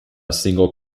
single